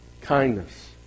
Kindness